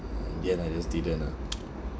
in the end I just didn't ah